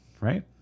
right